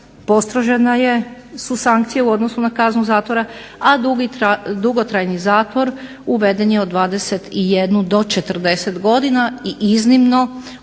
postrožene su sankcije u odnosu na kaznu zatvora, a dugotrajni zatvor uveden je od 21 do 40 godina i iznimno u